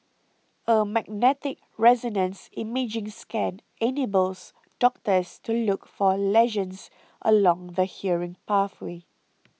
a magnetic resonance imaging scan enables doctors to look for lesions along the hearing pathway